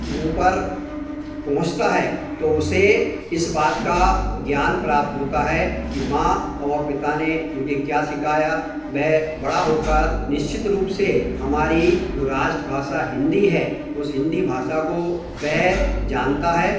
ऊपर पहुँचता है तो उसे इस बात का ज्ञान प्राप्त होता है कि माँ और पिता ने मुझे क्या सिखाया वे बड़ा होकर निश्चित रूप से हमारी जो राष्ट्रभाषा हिन्दी है उस हिन्दी भाषा को वे जानता है